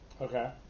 Okay